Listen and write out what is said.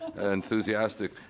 enthusiastic